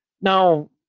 Now